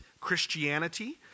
Christianity